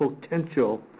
potential